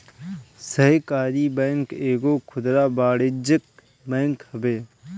सहकारी बैंक एगो खुदरा वाणिज्यिक बैंक हवे